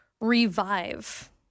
revive